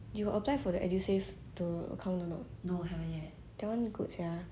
you got apply for the edusave the account or not that one good sia